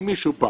אם מישהו בא